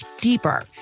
deeper